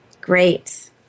Great